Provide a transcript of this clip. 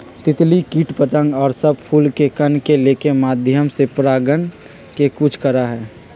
तितली कीट पतंग और सब फूल के कण के लेके माध्यम से परागण के कुछ करा हई